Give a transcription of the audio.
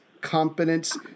competence